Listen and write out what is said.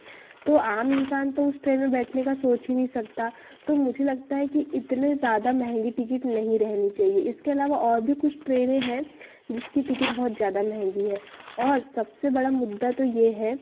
तो आम इंसान तो उस ट्रेन में बैठने का सोच ही नहीं सकता तो मुझे लगता है कि इतनी ज़्यादा महँगी टिकट नहीं रहनी चाहिए इसके अलावा और भी कुछ ट्रेनें हैं जिसकी टिकिट बहुत ज़्यादा महँगी है और सबसे बड़ा मुद्दा तो यह है